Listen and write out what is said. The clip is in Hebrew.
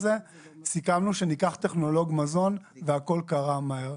סיכמנו שניקח טכנולוג מזון והכול קרה מהר.